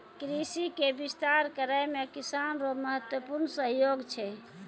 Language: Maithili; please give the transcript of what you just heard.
कृषि के विस्तार करै मे किसान रो महत्वपूर्ण सहयोग छै